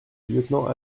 lieutenant